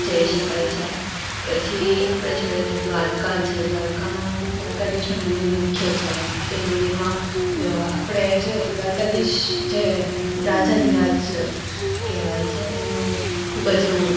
જઈ શકાય છે પછી આપણે જોઈએ તો દ્વારકા છે દ્વારકામાં દ્વારકાધિશનું મંદિર મુખ્ય છે તે મંદિરમાં આપણે જોઈએ તો દ્વારકાધિશ જે રાજાધિરાજ કહેવાય છે એમનું ખૂબ જ એવું